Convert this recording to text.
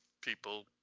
people